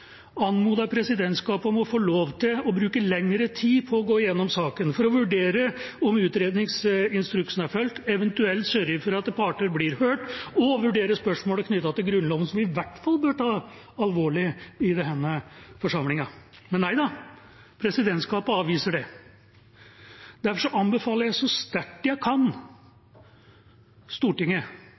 presidentskapet om å få lov til å bruke lengre tid på å gå igjennom saken, for å vurdere om utredningsinstruksen er fulgt, eventuelt sørge for at parter blir hørt, og vurdere spørsmålet knyttet til Grunnloven, som vi i hvert fall bør ta alvorlig i denne forsamlingen. Men nei da, presidentskapet avviser det. Derfor anbefaler jeg, så sterkt jeg kan, Stortinget